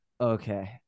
Okay